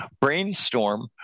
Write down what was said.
brainstorm